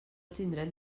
tindrem